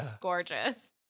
Gorgeous